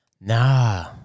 Nah